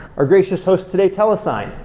our gracious host today, telesign,